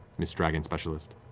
miss dragon specialist.